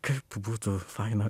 kaip būtų faina